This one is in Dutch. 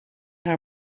haar